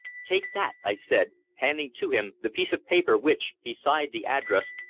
take that, i said, handing to him the piece of paper which, beside the address,